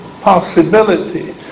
possibility